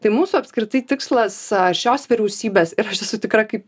tai mūsų apskritai tikslas šios vyriausybės ir aš esu tikra kaip